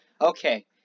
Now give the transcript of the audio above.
Okay